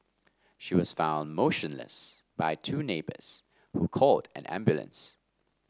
she was found motionless by two neighbours who called an ambulance